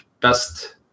best